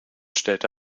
stellte